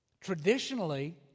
Traditionally